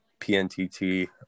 pntt